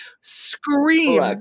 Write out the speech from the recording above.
scream